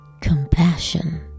Compassion